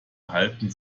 halten